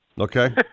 okay